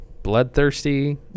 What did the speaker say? bloodthirsty